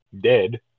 dead